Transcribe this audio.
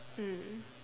mm